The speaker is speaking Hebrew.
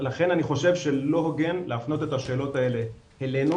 לכן אני חושב שלא הוגן להפנות את השאלות האלו אלינו,